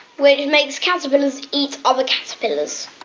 which makes caterpillars eat other caterpillars